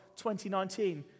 2019